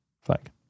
flag